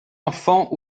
enfants